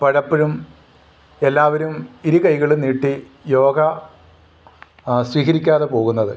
പഴപ്പോഴും എല്ലാവരും ഇരു കൈകളും നീട്ടി യോഗ സ്വീകരിക്കാതെ പോകുന്നത്